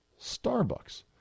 Starbucks